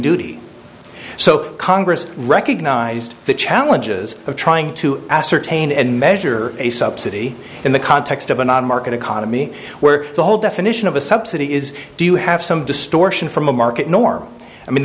duty so congress recognized the challenges of trying to ascertain and measure a subsidy in the context of a non market economy where the whole definition of a subsidy is do you have some distortion from a market norm i mean